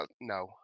No